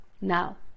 now